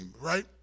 right